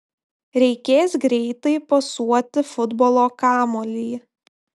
reikės greitai pasuoti futbolo kamuolį